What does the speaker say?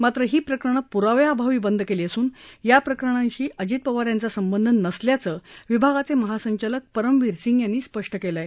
मात्र ही प्रकरणं पुराव्याअभावी बंद केली असून त्या प्रकरणांशी अजित पवार यांचा संबंध नसल्याचं विभागाचे महासंचालक परमवीर सिंग यांनी स्पष्ट केलं आहे